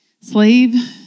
slave